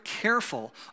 careful